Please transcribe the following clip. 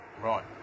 Right